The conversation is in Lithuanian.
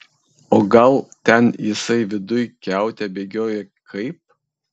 o gal ten jisai viduj kiaute bėgioja kaip